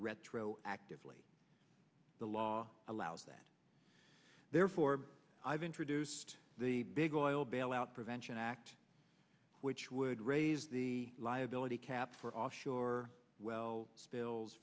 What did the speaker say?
retro actively the law allows that therefore i've introduced the big oil bailout prevention act which would raise the liability cap for offshore well spills